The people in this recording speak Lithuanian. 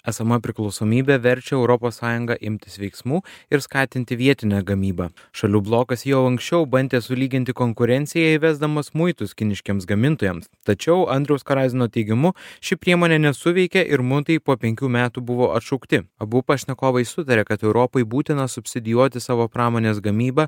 esama priklausomybė verčia europos sąjungą imtis veiksmų ir skatinti vietinę gamybą šalių blokas jau anksčiau bandė sulyginti konkurenciją įvesdamas muitus kiniškiems gamintojams tačiau andriaus karaizino teigimu ši priemonė nesuveikė ir muitai po penkių metų buvo atšaukti abu pašnekovai sutarė kad europai būtina subsidijuoti savo pramonės gamybą